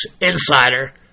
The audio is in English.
insider